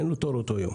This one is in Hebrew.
אין לו תור באותו יום.